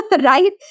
right